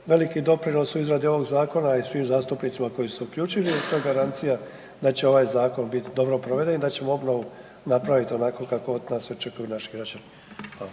veliki doprinos u izradi ovog zakona i svim zastupnicima koji su uključeni jer, to je garancija da će ovaj zakon biti dobro proveden i da ćemo obnovu napraviti onako kako od nas očekuju naši građani. Hvala.